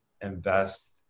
invest